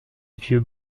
vieux